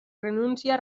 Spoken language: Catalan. renuncia